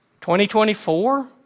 2024